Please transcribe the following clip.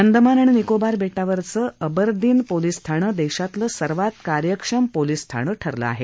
अंदमान आणि निकोबार बेटावरचं Aberdeen police ठाणं देशातलं सर्वात कार्यक्षम पोलीस ठाणं ठरलं आहे